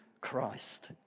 Christ